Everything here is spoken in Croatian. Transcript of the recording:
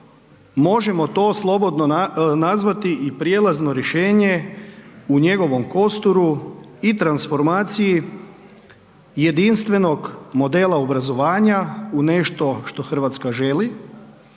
možemo to slobodno nazvati i prijelazno rješenje u njegovom prostoru i transformaciji jedinstvenog modela obrazovanja u nešto što Hrvatska želi,